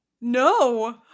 No